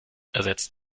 ersetzt